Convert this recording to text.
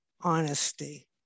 Honesty